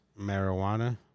Marijuana